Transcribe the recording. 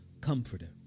comforter